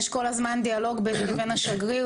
יש כל הזמן דיאלוג ביני לבין השגריר,